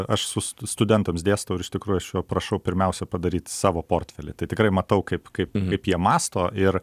aš su studentams dėstau iš tikrųjų aš jo prašau pirmiausia padaryti savo portfelį tai tikrai matau kaip kaip kaip jie mąsto ir